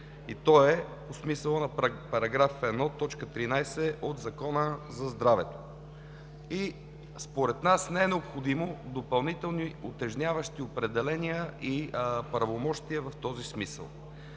и той е по смисъла на § 1, т. 13 от Закона за здравето. Според нас не са необходими допълнителни утежняващи определения и правомощия в този смисъл.